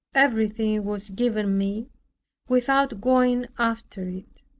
everything was given me without going after it.